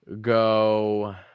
go